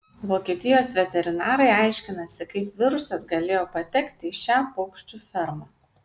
vokietijos veterinarai aiškinasi kaip virusas galėjo patekti į šią paukščių fermą